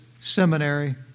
seminary